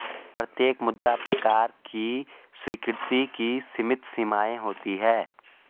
प्रत्येक मुद्रा प्रकार की स्वीकृति की सीमित सीमाएँ होती हैं